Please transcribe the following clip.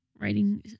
writing